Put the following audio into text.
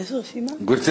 גברתי